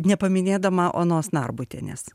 nepaminėdama onos narbutienės